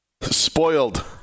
Spoiled